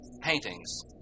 paintings